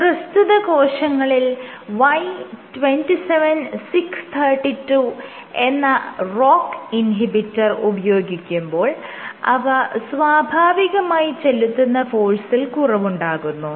പ്രസ്തുത കോശങ്ങളിൽ Y 27632 എന്ന ROCK ഇൻഹിബിറ്റർ ഉപയോഗിക്കുമ്പോൾ അവ സ്വാഭാവികമായി ചെലുത്തുന്ന ഫോഴ്സിൽ കുറവുണ്ടാകുന്നു